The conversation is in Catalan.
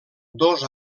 dos